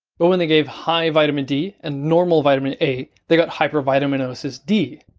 but when they gave high vitamin d and normal vitamin a, they got hypervitaminosis d.